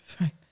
Right